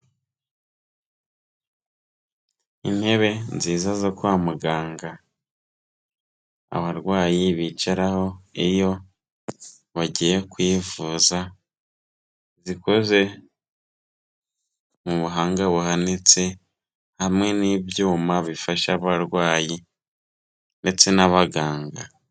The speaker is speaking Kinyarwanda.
Intebe nziza zo kwa muganga abarwayi bicaraho iyo bagiye kwivuza, zikoze mu buhanga buhanitse hamwe n'ibyuma bifasha abarwayi ndetse n'abaganga.